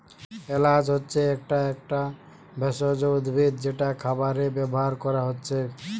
এলাচ হচ্ছে একটা একটা ভেষজ উদ্ভিদ যেটা খাবারে ব্যাভার কোরা হচ্ছে